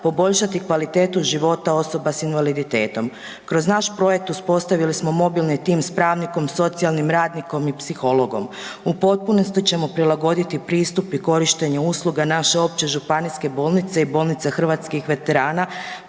poboljšati kvalitetu života osoba s invaliditetom. Kroz naš projekt uspostavili smo mobilni tim s pravnikom, socijalnim radnikom i psihologom. U potpunosti ćemo prilagoditi pristup i korištenje usluga naše Opće županijske bolnice i Bolnice hrvatskih veterana